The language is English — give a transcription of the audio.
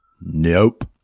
Nope